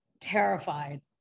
terrified